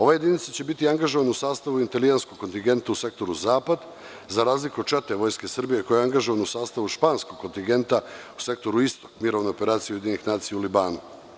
Ove jedinice će biti angažovane u sastavu italijanskog kontingenta u sektoru Zapad za razliku čete Vojske Srbije koja je angažovana u sastavu španskog kontingenta, u sektoru Istok mirovne operacije UN u Libanu.